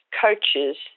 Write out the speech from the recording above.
coaches